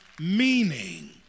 meaning